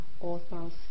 authors